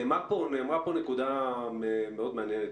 נאמרה פה נקודה מאוד מעניינת,